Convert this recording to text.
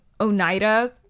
Oneida